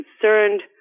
concerned